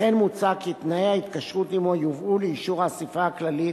לכן מוצע כי תנאי ההתקשרות עמו יובאו לאישור האספה הכללית